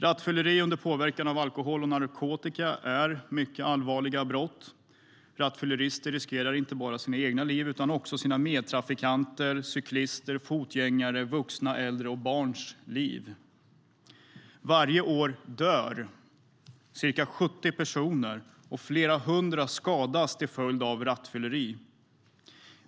Rattfylleri under påverkan av alkohol och narkotika är mycket allvarliga brott. Rattfyllerister riskerar inte bara sina egna liv utan också sina medtrafikanters, cyklisters, fotgängares, vuxnas, äldres och barns liv. Varje år dör ca 70 personer och flera hundra skadas till följd av rattfylleri.